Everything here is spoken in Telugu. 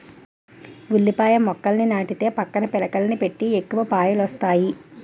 ఉల్లిపాయల మొక్కని నాటితే పక్కన పిలకలని పెట్టి ఎక్కువ పాయలొస్తాయి